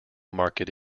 market